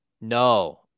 No